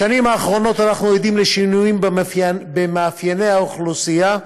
בשנים האחרונות אנחנו עדים לשינויים במאפייני האוכלוסייה,